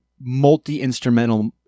multi-instrumental